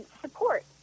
support